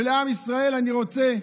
ולעם ישראל אני רוצה,